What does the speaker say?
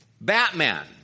Batman